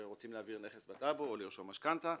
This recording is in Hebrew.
כשרוצים להעביר נכס בטאבו או לרשום משכנתא,